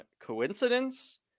Coincidence